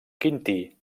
quintí